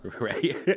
Right